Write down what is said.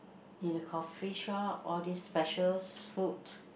in a coffee shop all these specials foods